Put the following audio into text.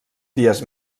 dies